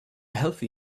healthy